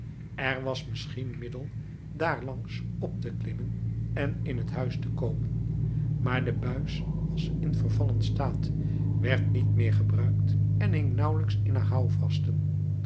er was misschien middel daarlangs op te klimmen en in het huis te komen maar de buis was in vervallen staat werd niet meer gebruikt en hing nauwelijks in haar houvasten